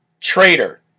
traitor